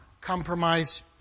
compromise